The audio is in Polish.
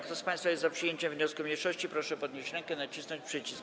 Kto z państwa jest za przyjęciem wniosku mniejszości, proszę podnieść rękę i nacisnąć przycisk.